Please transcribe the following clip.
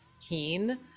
keen